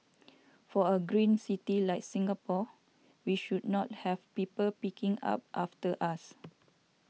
for a green city like Singapore we should not have people picking up after us